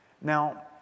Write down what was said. Now